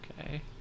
Okay